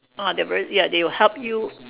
ah they very ya they will help you